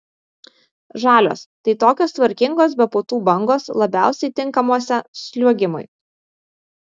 žalios tai tokios tvarkingos be putų bangos labiausiai tinkamuose sliuogimui